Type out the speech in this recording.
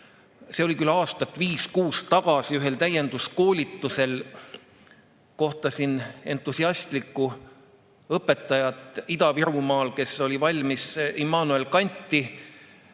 See oli küll aastat viis-kuus tagasi, ühel täienduskoolitusel kohtasin entusiastlikku õpetajat Ida-Virumaalt, kes oli valmis Immanuel Kanti